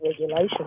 regulation